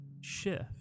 shift